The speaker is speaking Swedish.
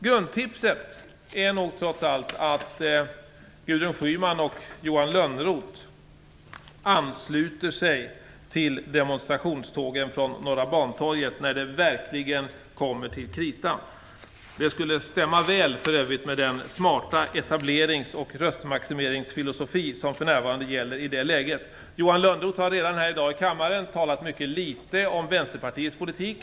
Grundtipset är nog trots allt att Gudrun Schyman och Johan Lönnroth ansluter sig till demonstrationstågen från Norra Bantorget när det verkligen kommer till kritan. Det skulle för övrigt stämma väl med den smarta etablerings och röstmaximeringsfilosofi som för närvarande gäller i det lägret. Johan Lönnroth har i dag här i kammaren talat mycket litet om Vänsterpartiets politik.